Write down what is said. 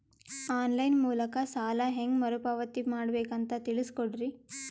On line ಮೂಲಕ ಸಾಲ ಹೇಂಗ ಮರುಪಾವತಿ ಮಾಡಬೇಕು ಅಂತ ತಿಳಿಸ ಕೊಡರಿ?